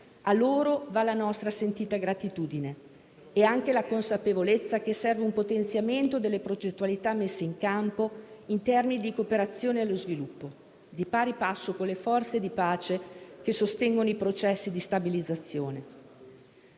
A loro vanno la nostra sentita gratitudine e anche la consapevolezza che serve un potenziamento delle progettualità messe in campo in termini di cooperazione allo sviluppo, di pari passo con forze di pace che sostengono i processi di stabilizzazione.